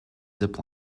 zip